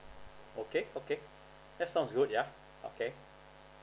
okay okay that sounds good yeah okay